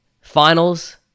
finals